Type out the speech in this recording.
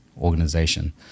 organization